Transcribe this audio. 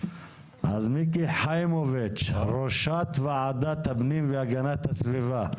אז מיקי חיימוביץ', ראש ועדת הפנים והגנת הסביבה.